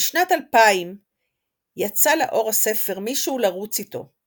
בשנת 2000 יצא לאור הספר "מישהו לרוץ אתו",